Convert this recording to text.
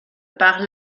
par